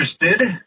interested